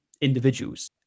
individuals